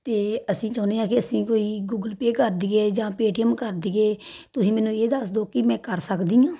ਅਤੇ ਅਸੀਂ ਚਾਹੁੰਦੇ ਹਾਂ ਕਿ ਅਸੀਂ ਕੋਈ ਗੂਗਲ ਪੇ ਕਰ ਦਈਏ ਜਾਂ ਪੇਟੀਐੱਮ ਕਰ ਦਈਏ ਤੁਸੀਂ ਮੈਨੂੰ ਇਹ ਦੱਸ ਦਿਉ ਕਿ ਮੈਂ ਕਰ ਸਕਦੀ ਹਾਂ